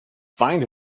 find